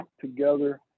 together